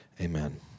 Amen